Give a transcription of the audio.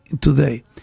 today